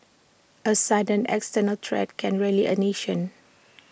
A sudden external threat can rally A nation